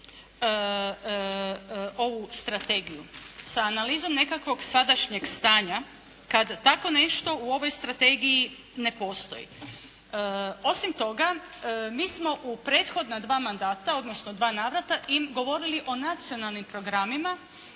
ovu strategiju? Sa analizom nekakvog sadašnjeg stanja kad tako nešto u ovoj strategiji ne postoji. Osim toga mi smo u prethodna dva mandata odnosno dva navrata govorili o nacionalnim programima